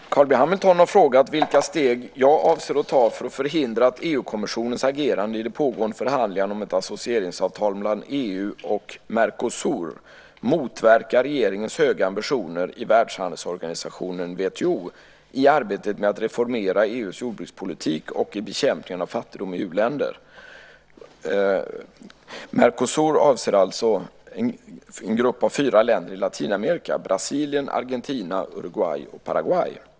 Herr talman! Carl B Hamilton har frågat vilka steg jag avser att ta för att förhindra att EU-kommissionens agerande i de pågående förhandlingarna om ett associeringsavtal mellan EU och Mercosur motverkar regeringens höga ambitioner i Världshandelsorganisationen, WTO, i arbetet med att reformera EU:s jordbrukspolitik och i bekämpningen av fattigdom i u-länder. Mercosur avser en grupp av fyra länder i Latinamerika: Brasilien, Argentina, Uruguay och Paraguay.